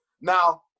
now